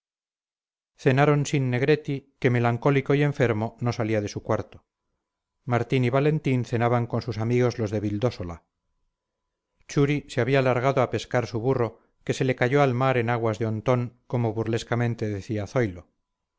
cenaron sin negretti que melancólico y enfermo no salía de su cuarto martín y valentín cenaban con sus amigos los de vildósola churi se había largado a pescar su burro que se le cayó al mar en aguas de ontón como burlescamente decía zoilo